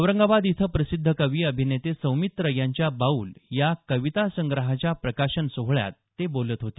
औरंगाबाद इथं प्रसिद्ध कवि अभिनेते सौमित्र यांच्या बाऊल या कविता संग्रहाच्या प्रकाशन सोहळ्यात ते बोलत काल होते